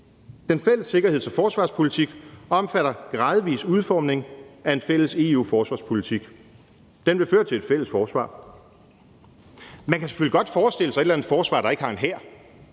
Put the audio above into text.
Den fælles sikkerheds- og forsvarspolitik omfatter en gradvis udformning af en fælles EU-forsvarspolitik. Den vil føre til et fælles forsvar. Man kan selvfølgelig godt forestille sig et eller andet forsvar, der ikke har en hær.